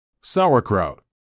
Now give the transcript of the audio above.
Sauerkraut